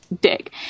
dick